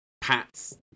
pats